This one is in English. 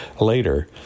later